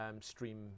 stream